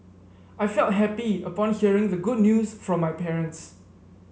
I felt happy upon hearing the good news from my parents